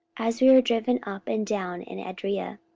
as we were driven up and down in adria,